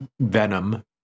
venom